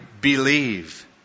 believe